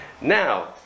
Now